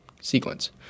sequence